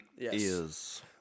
Yes